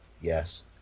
Yes